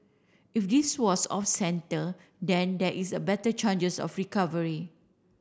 if this was off centre then there is a better chances of recovery